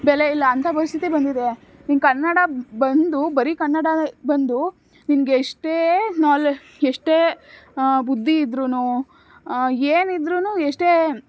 ಬೆಲೆಯಿಲ್ಲ ಅಂಥ ಪರಿಸ್ಥಿತಿ ಬಂದಿದೆ ಇನ್ನು ಕನ್ನಡ ಬಂದು ಬರಿ ಕನ್ನಡನೆ ಬಂದು ನಿನಗೆ ಇಷ್ಟೇ ನಾಲೆ ಎಷ್ಟೇ ಬುದ್ಧಿ ಇದ್ದರೂನೂ ಏನಿದ್ದರೂನು ಎಷ್ಟೇ